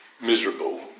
miserable